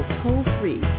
toll-free